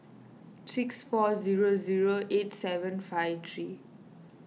six four zero zero eight seven five three